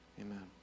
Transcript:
Amen